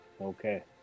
Okay